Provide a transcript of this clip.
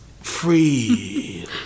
Free